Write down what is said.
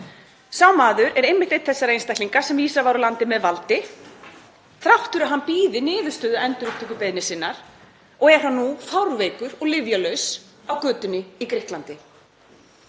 Sá maður er einmitt einn þessara einstaklinga sem vísað var úr landi með valdi þrátt fyrir að hann biði niðurstöðu endurupptökubeiðni sinnar og er hann nú fárveikur og lyfjalaus á götunni í Grikklandi.